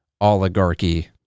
oligarchy